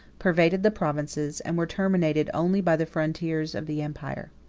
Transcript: pervaded the provinces, and were terminated only by the frontiers of the empire.